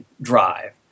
drive